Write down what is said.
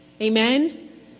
Amen